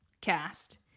cast